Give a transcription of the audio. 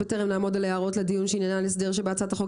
"בטרם נעמוד על הערות לדיון שעניינן הסדר שבהצעת החוק,